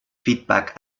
feedback